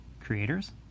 creators